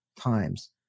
times